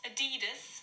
Adidas